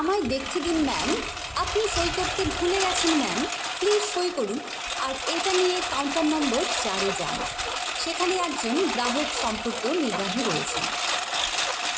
আমায় দেখতে দিন ম্যাম আপনি সই করতে ভুলে গেছেন ম্যাম প্লিজ সই করুন আর এটা নিয়ে কাউন্টার নম্বর যারে যান সেখানে একজন গ্রাহক সম্পর্ক নির্বাহী রয়েছেন